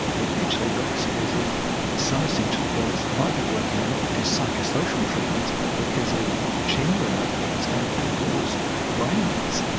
it actually looks as if some essential oils might be working not as psychosocial treatments but because of genuine effects on people's brains.